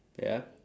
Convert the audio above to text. ya